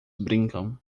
brincam